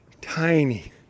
tiny